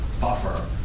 buffer